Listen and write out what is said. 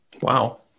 Wow